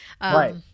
right